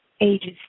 ages